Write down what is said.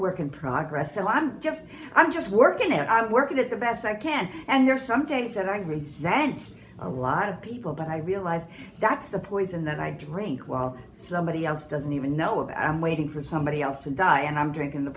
work in progress and i'm just i'm just working and i work at the best i can and there are some days and i resent a lot of people but i realize that's the poison if i drink while somebody else doesn't even know about i'm waiting for somebody else to die and i'm drinkin the